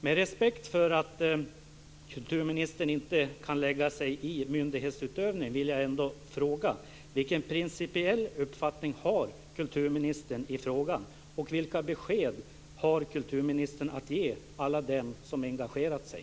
Med respekt för att kulturministern inte kan lägga sig i myndighetsutövning vill jag ändå fråga: Vilken principiell uppfattning har kulturministern i frågan och vilka besked har kulturministern att ge alla dem som engagerat sig?